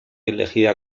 elegida